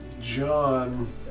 John